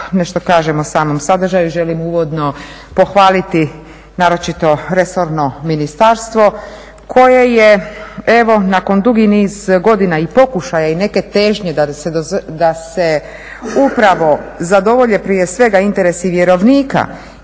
nešto kažem o samom sadržaju želim uvodno pohvaliti naročito resorno ministarstvo koje je evo nakon dugi niz godina i pokušaja i neke težnje da se upravo zadovolje prije svega interesi vjerovnika